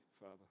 Father